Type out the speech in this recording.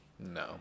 No